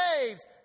saves